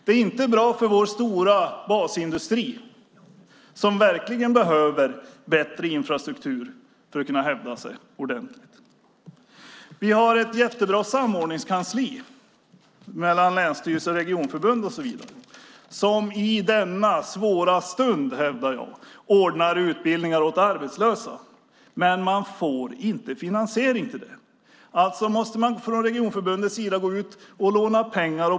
Det är inte bra för vår stora basindustri som verkligen behöver bättre infrastruktur för att kunna hävda sig ordentligt. Vi har ett jättebra samordningskansli för länsstyrelse, regionförbund och så vidare som i denna svåra stund, hävdar jag, ordnar utbildningar åt arbetslösa. Men man får inte detta finansierat. Alltså måste man från regionförbundets sida gå ut och låna pengar.